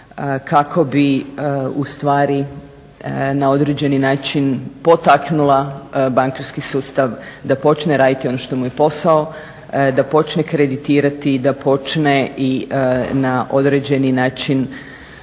kako bi u stvari na određeni način potaknula bankarski sustav da počne raditi ono što mu je posao, da počne kreditirati da počne i na određeni način